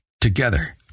Together